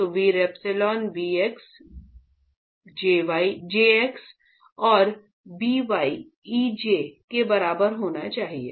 तो ε bx ε jx और ε by εjy के बराबर होना चाहिए